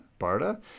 Barda